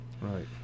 Right